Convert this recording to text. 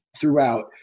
throughout